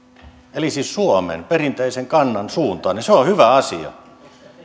eli siis suomen perinteisen kannan suuntaan ja se on hyvä asia